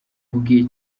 bwe